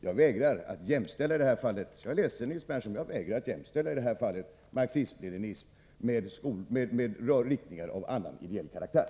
Jag är ledsen, Nils Berndtson, men jag vägrar att i det här fallet jämställa marxism-leninismen med riktningar av annan ideell karaktär.